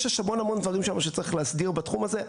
יש המון המון דברים שצריך להסדיר בתחום הזה.